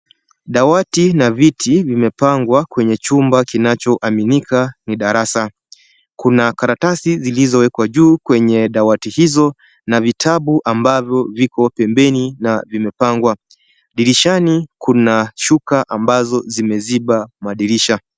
Dawati na viti vimepangwa kwenye chumba kinachoaminika ni darasa. Kuna karatasi zilizowekwa juu kwenye dawati hizo na vitabu ambavyo viko pembeni na vimepanga. Dirishani kuna shuka ambazo zimeziba madirisha.